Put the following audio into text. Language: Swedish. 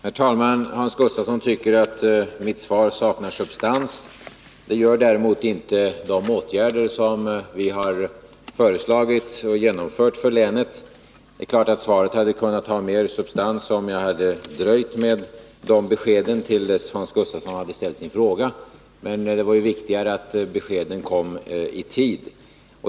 Herr talman! Hans Gustafsson tycker att mitt svar saknar substans. Det gör däremot inte de åtgärder som vi har föreslagit och genomfört för länet. Svaret kunde naturligtvis ha haft mer substans om jag hade dröjt med de beskeden tills Hans Gustafsson hade ställt sin fråga, men det var viktigare att beskeden kom i tid.